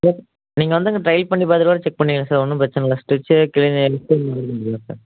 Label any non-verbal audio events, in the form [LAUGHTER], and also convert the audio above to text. sir நீங்கள் வந்து இங்கே ட்ரையல் பண்ணிப் பார்த்துட்டு கூட செக் பண்ணிக்கலாம் சார் ஒன்னும் பிரச்சனை இல்ல ஸ்டிச்சு [UNINTELLIGIBLE] சார்